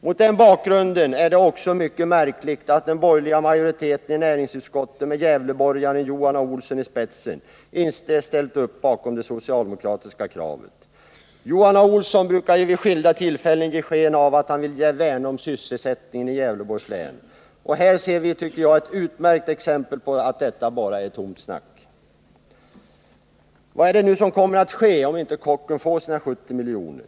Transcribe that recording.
Mot den bakgrunden är det också mycket märkligt att den borgerliga majoriteten i näringsutskottet, med gävleborgaren Johan A. Olsson i spetsen, inte ställt upp bakom det socialdemokratiska kravet. Johan A. Olsson brukar ju vid skilda tillfällen ge sken av att han vill värna om sysselsättningen i Gävleborgs län. Här ser vi ett utmärkt exempel på att detta bara är tomt snack. Vad är det nu som kommer att ske om inte Kockums får sina 70 miljoner?